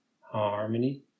harmony